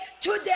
today